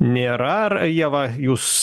nėra ar ieva jūs